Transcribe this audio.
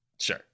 Sure